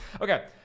Okay